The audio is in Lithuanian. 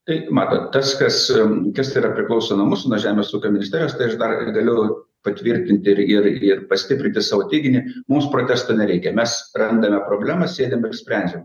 tai matot tas kas kas yra priklauso nuo mūsų nuo žemės ūkio ministerijos tai aš dar galiu patvirtinti ir ir ir pastiprinti sau teiginį mums protesto nereikia mes randame problemą sėdime ir sprendžiam